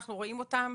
אנחנו רואים אותם.